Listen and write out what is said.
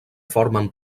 formen